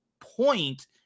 point